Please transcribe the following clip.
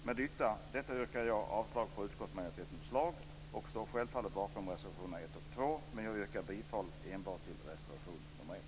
Med detta yrkar jag avslag på utskottsmajoritetens förslag. Självfallet står jag bakom reservationerna 1 och 2 men jag yrkar bifall enbart till reservation 1.